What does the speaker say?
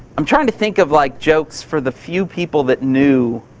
i'm trying to think of like jokes for the few people that knew.